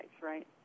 right